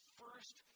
first